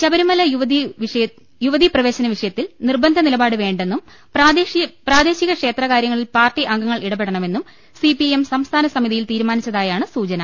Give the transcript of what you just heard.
ശബരിമല യുവതീപ്രവേശ വിഷയത്തിൽ നിർബന്ധ നിലപാട് വേണ്ടെന്നും പ്രാദേശിക ക്ഷേത്രകാര്യങ്ങളിൽ പാർട്ടി അംഗങ്ങൾ ഇടപെട്ടണമെന്നും സിപിഐഎം സംസ്ഥാന സമി തിയിൽ തീരുമാനിച്ചതായാണ് സൂചന